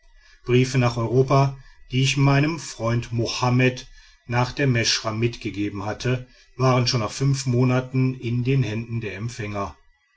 briefe nach europa die ich meinem freund mohammed nach der meschra mitgegeben hatte waren schon nach fünf monaten in den händen der empfänger